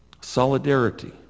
Solidarity